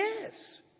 Yes